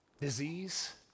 Disease